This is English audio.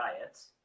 diets